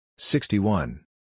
Sixty-one